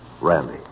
Randy